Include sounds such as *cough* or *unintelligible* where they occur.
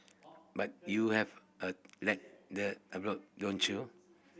but you have a let that *unintelligible* don't you